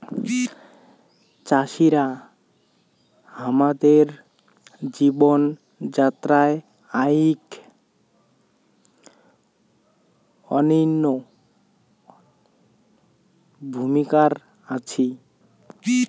চাষিরা হামাদের জীবন যাত্রায় আইক অনইন্য ভূমিকার আছি